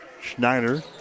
Schneider